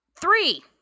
Three